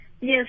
Yes